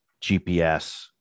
GPS